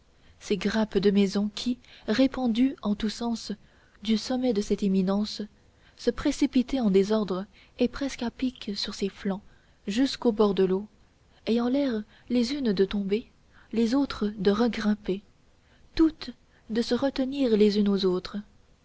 ces grappes de maisons qui répandues en tous sens du sommet de cette éminence se précipitaient en désordre et presque à pic sur ses flancs jusqu'au bord de l'eau ayant l'air les unes de tomber les autres de regrimper toutes de se retenir les unes aux autres